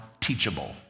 teachable